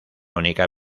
única